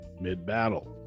mid-battle